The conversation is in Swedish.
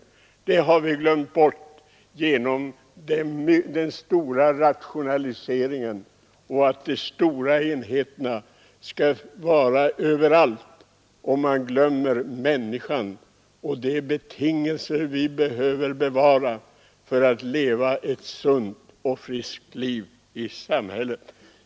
Det har vi glömt bort genom den stora rationaliseringen och genom att man vill ha stora enheter överallt. Man glömmer människan och de betingelser vi behöver bevara för att hon skall kunna leva ett sunt och friskt liv i samhället.